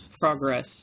progress